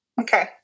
Okay